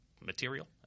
material